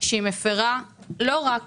שמפרה לא רק